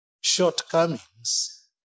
shortcomings